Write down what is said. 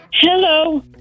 hello